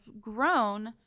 grown